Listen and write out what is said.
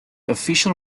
official